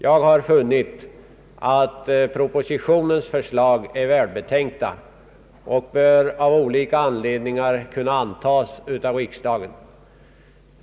Jag har funnit att propositionens förslag är välbetänkta och bör av olika anledningar kunna godtas av riksdagen.